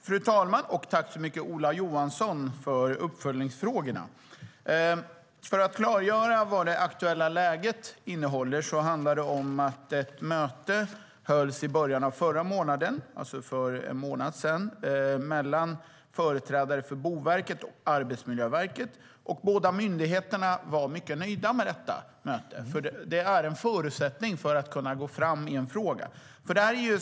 Fru talman! Tack så mycket, Ola Johansson, för uppföljningsfrågorna! Jag kan klargöra det aktuella läget. Det handlar om att ett möte hölls i början av förra månaden, alltså för en månad sedan, mellan företrädare för Boverket och Arbetsmiljöverket. Båda myndigheterna var mycket nöjda med detta möte. Det är en förutsättning för att man ska kunna gå fram i en fråga.